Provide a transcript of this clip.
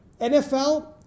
NFL